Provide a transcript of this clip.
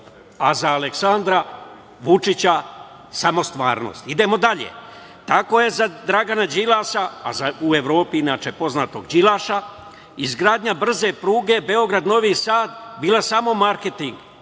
a za Aleksandra Vučića samo stvarnost. Idemo dalje, tako je za Dragana Đilasa, a u Evropi inače poznatog Đilaša, izgradnja brze prute Beograd-Novi Sad bila samo marketing,